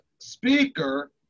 speaker